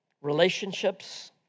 Relationships